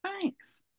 thanks